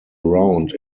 around